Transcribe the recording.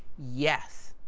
yes.